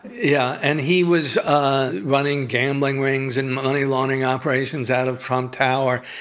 yeah, and he was ah running gambling rings and money laundering operations out of trump tower.